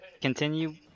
Continue